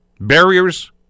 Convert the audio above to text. Barriers